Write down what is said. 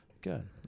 Good